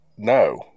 no